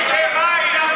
תשתה מים.